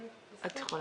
בבקשה.